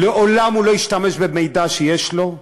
לעולם הוא לא ישתמש במידע שיש לו.